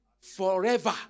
Forever